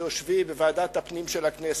ביושבי בוועדת הפנים של הכנסת,